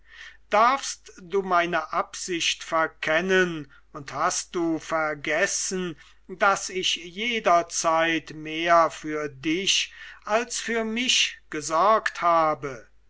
darfst du meine absicht verkennen und hast du vergessen daß ich jederzeit mehr für dich als für mich gesorgt habe